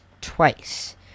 twice